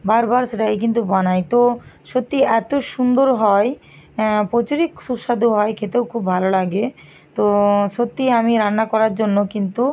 বারবার সেটাকে কিন্তু বানাই তো সত্যিই এত সুন্দর হয় প্রচুরই সুস্বাদু হয় খেতেও খুব ভাল লাগে তো সত্যিই আমি রান্না করার জন্য কিন্তু